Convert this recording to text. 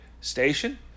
Station